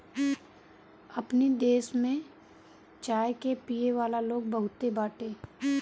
अपनी देश में चाय के पियेवाला लोग बहुते बाटे